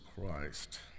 Christ